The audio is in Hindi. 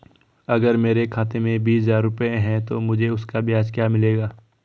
अगर मेरे खाते में बीस हज़ार रुपये हैं तो मुझे उसका ब्याज क्या मिलेगा?